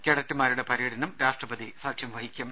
കേഡറ്റുമാരുടെ പരേഡിനും രാഷ്ട്രപതി സാക്ഷ്യം വഹിക്കും